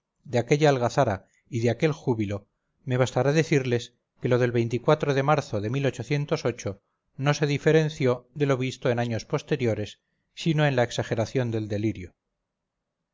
de aquella algazara y de aquel júbilo me bastará decirles que lo del de marzo de no se diferencióde lo visto en años posteriores sino en la exageración del delirio